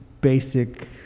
basic